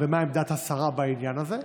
מהי עמדת השרה בעניין הזה?